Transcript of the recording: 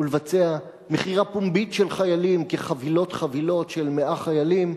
ולבצע מכירה פומבית של חיילים כחבילות-חבילות של 100 חיילים,